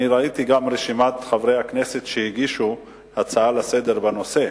אני ראיתי גם את רשימת חברי הכנסת שהגישו הצעה לסדר-היום בנושא,